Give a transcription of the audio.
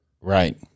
Right